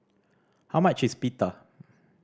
how much is Pita